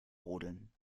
rodeln